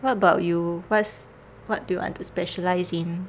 what about you what's what do you want to specialise in